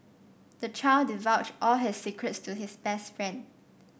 the child divulged all his secrets to his best friend